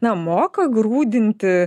na moka grūdinti